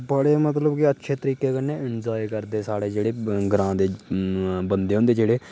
बड़े मतलब कि अच्छे तरीके कन्नै एन्जॉय करदे साढ़े जेह्डे ग्रांऽ दे बन्दे होंदे जेह्डे़